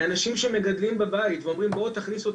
מאנשים שמגדלים בבית ואומרים בואו תכניסו,